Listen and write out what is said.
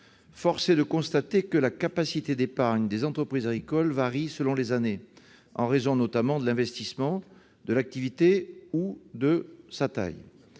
Force est de constater que la capacité d'épargne des entreprises agricoles varie selon les années, en raison notamment de l'investissement, de l'activité ou de sa taille.